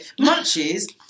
Munchies